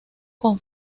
con